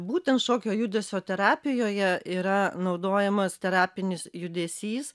būtent šokio judesio terapijoje yra naudojamas terapinis judesys